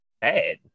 bad